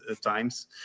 times